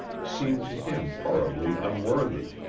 seemed to him horribly unworthy.